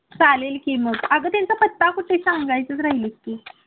चालेल की मग अगं त्यांचं पत्ता कुठे सांगायचंच राहिलीस की